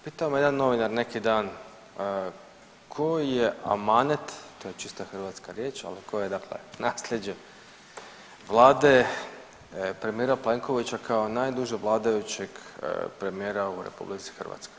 Pitao me jedan novinar neki dan, koji je amanet, to je čista hrvatska riječ, ali koja je nasljeđe, vlade premijera Plenkovića kao najduže vladajućeg premijera u RH.